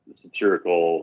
satirical